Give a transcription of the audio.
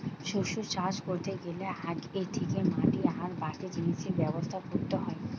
শস্য চাষ কোরতে গ্যালে আগে থিকে মাটি আর বাকি জিনিসের ব্যবস্থা কোরতে হয়